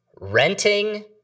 renting